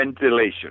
ventilation